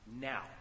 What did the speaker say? Now